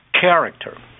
character